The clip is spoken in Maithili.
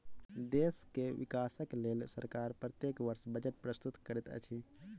देश के विकासक लेल सरकार प्रत्येक वर्ष बजट प्रस्तुत करैत अछि